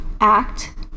act